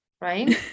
right